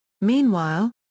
Meanwhile